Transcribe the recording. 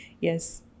Yes